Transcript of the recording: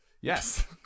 Yes